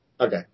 Okay